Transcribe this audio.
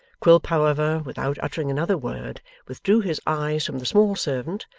quilp, however, without uttering another word, withdrew his eyes from the small servant,